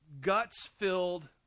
guts-filled